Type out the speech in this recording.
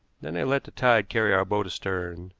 then i let the tide carry our boat astern,